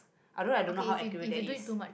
although I don't know how accurate that is